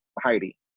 Heidi